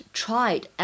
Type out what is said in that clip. tried